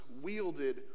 wielded